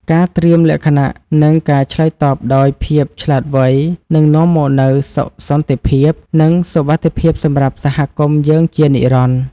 ការត្រៀមលក្ខណៈ និងការឆ្លើយតបដោយភាពឆ្លាតវៃនឹងនាំមកនូវសុខសន្តិភាព និងសុវត្ថិភាពសម្រាប់សហគមន៍យើងជានិរន្តរ៍។